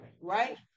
right